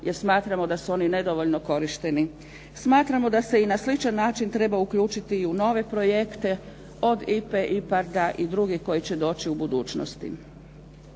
jer smatramo da su oni nedovoljno korišteni. Smatramo da se i na sličan način treba uključiti i u nove projekte od IPA-e, IPARD-a i drugih koji će doći u budućnosti.